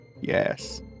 Yes